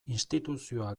instituzioa